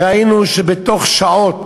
ראינו שבתוך שעות